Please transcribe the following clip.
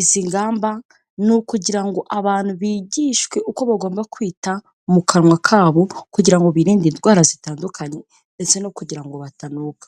Izi ngamba ni ukugira ngo abantu bigishwe uko bagomba kwita mu kanwa kabo kugira ngo birinde indwara zitandukanye ndetse no kugira ngo batanuka.